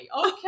Okay